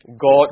God